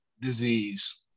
disease